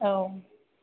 औ